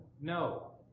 No